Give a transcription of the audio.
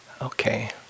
Okay